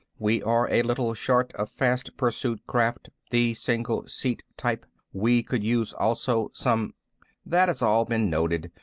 we are a little short of fast pursuit craft, the single-seat type. we could use also some that has all been noted.